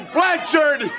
Blanchard